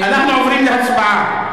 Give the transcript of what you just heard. אנחנו עוברים להצבעה.